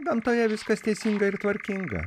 gamtoje viskas teisinga ir tvarkinga